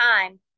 time